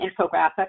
infographic